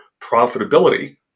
profitability